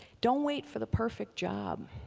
don't wait for the perfect job.